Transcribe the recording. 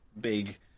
big